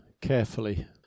carefully